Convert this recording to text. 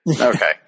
Okay